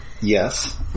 Yes